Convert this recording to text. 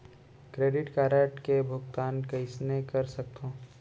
Credit card के भुगतान कइसने कर सकथो?